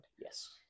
Yes